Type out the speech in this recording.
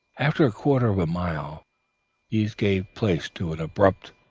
after a quarter of a mile these gave place to an abrupt,